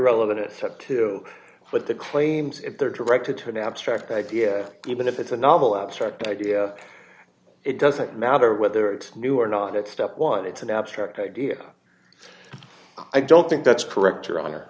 relevant to what the claims if they're directed to an abstract idea even if it's a novel abstract idea it doesn't matter whether it's new or not it's step one it's an abstract idea i don't think that's correct your honor